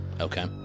Okay